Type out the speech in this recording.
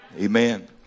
Amen